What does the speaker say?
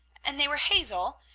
and they were hazel,